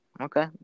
Okay